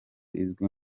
izwi